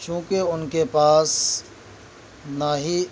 چونکہ ان کے پاس نہ ہی